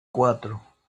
cuatro